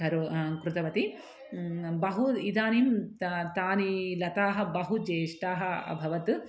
करोमि कृतवती बहु इदानीं त तानि लताः बहु ज्येष्ठाः अभवत्